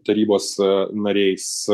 tarybos nariais